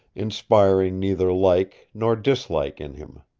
inspiring neither like nor dislike in him.